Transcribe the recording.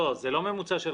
התיקון השני